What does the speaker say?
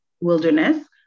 wilderness